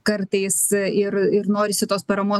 kartais ir norisi tos paramos rasti